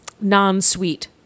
non-sweet